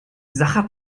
sacher